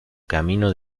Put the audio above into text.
camino